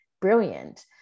brilliant